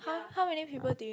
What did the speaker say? !huh! how many people do you